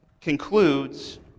concludes